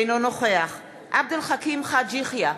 אינו נוכח עבד אל חכים חאג' יחיא,